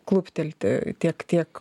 kluptelti tiek tiek